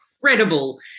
incredible